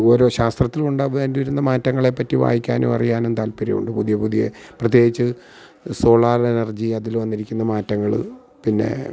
ഓരോ ശാസ്ത്രത്തിൽ ഉണ്ടാവേണ്ടിയിരുന്ന മാറ്റങ്ങളെപ്പറ്റി വായിക്കാനും അറിയാനും താല്പര്യമുണ്ട് പുതിയ പുതിയ പ്രത്യേകിച്ച് സോളാർ എനർജി അതിൽ വന്നിരിക്കുന്ന മാറ്റങ്ങള് പിന്നെ